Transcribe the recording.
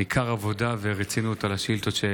ניכרות עבודה ורצינות בשאילתות,